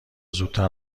زودتر